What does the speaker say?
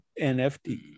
NFT